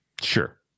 Sure